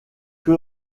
que